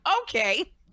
Okay